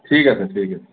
ঠিক আছে ঠিক আছে